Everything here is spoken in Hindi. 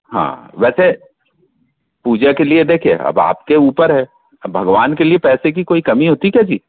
हाँ वैसे पूजा के लिए देखिए अब आपके ऊपर है भगवान के लिए पैसे की कोई कमी होती है क्या जी